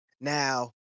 Now